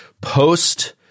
post –